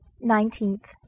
Nineteenth